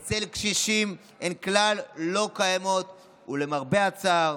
אצל קשישים הן כלל לא קיימות, ולמרבה הצער